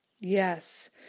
Yes